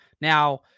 Now